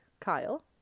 Kyle